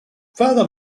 further